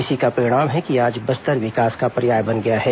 इसी का परिणाम है कि आज बस्तर विकास का पर्याय बन गया है